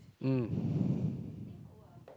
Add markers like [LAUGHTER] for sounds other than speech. um [BREATH]